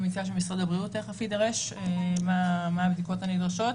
אני מציעה שמשרד הבריאות יידרש ויאמר מה הבדיקות הנדרשות.